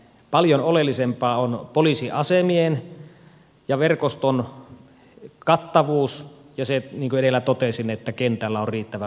paljon oleellisempaa on poliisiasemien ja verkoston kattavuus ja se niin kuin edellä totesin että kentällä on riittävä määrä poliiseja